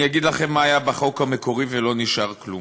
אני אגיד לכם מה היה בחוק המקורי ולא נשאר כלום: